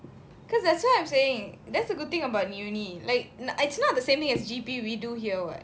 because that's why I'm saying that's a good thing about university like no it's not the same thing as G_P we do here [what]